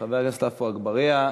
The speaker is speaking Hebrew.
חבר הכנסת עפו אגבאריה,